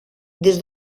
des